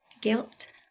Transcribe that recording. guilt